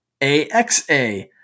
AXA